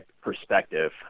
perspective